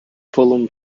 fulham